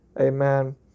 Amen